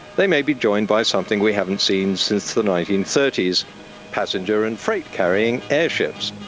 they may be joined by something we haven't seen since the nineteen thirty s passenger and freight-carrying airships.